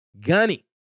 Gunny